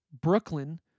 Brooklyn